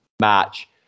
match